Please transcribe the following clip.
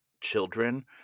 children